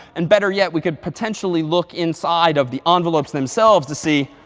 and better yet, we could potentially look inside of the envelopes themselves to see,